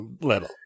little